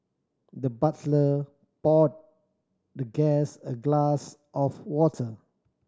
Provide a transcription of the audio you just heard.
the butler poured the guest a glass of water